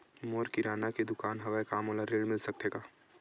मोर किराना के दुकान हवय का मोला ऋण मिल सकथे का?